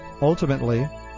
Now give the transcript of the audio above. Ultimately